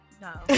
No